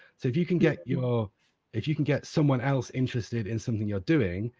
so if you can get your if you can get someone else interested in something you're doing,